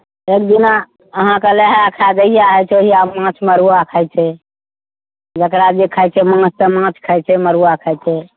एक दिना अहाँके नहाय खाय अइ तहिआ माछ मड़ुआ खाइत छै जेकरा जे खायके माछ तऽ माछ खाइत छै मड़ुआ खाइत छै